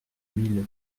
mille